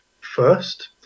first